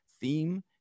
theme